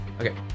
Okay